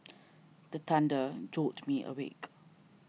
the thunder jolt me awake